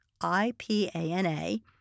I-P-A-N-A